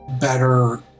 better